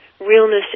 realness